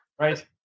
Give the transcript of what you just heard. Right